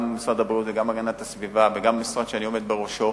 גם משרד הבריאות וגם המשרד להגנת הסביבה וגם המשרד שאני עומד בראשו,